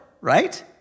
right